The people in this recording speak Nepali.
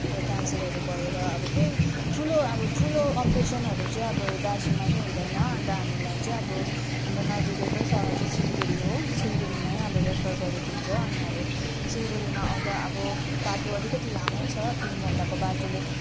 अब क्यान्सरहरू भएर अब केही ठुलो अब ठुलो अपरेसनहरू चाहिँ अब दार्जिलिङमा चाहिँ हुँदैन अन्त हामीलाई चाहिँ अब हाम्रो नजिकैको सहर चाहिँ सिलगढी हो सिलगढी मै अब रेफर गरिदिन्छ अनि अब सिलगढीमा आउँदा अब बाटो अलिकति लामै छ तिन घन्टाको बाटोले